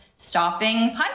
stopping